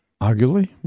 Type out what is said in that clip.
Arguably